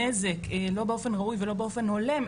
לא באופן ראוי ולא באופן הולם,